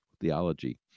theology